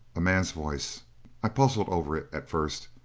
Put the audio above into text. a man's voice i puzzled over it at first,